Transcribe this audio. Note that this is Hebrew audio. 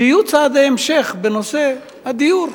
שיהיו צעדי המשך בנושא הדיור.